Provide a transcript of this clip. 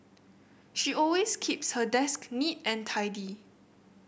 she always keeps her desk neat and tidy